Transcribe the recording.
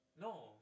No